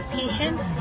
patience